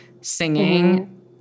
singing